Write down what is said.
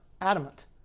adamant